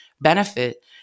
benefit